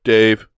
Dave